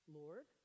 lord